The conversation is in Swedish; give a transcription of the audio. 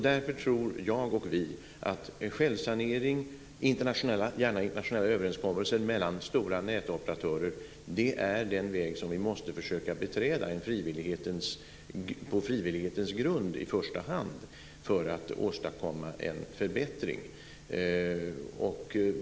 Därför tror jag och vi att självsanering och gärna internationella överenskommelser mellan stora nätoperatörer är den väg som vi måste försöka beträda, på frivillighetens grund i första hand, för att åstadkomma en förbättring.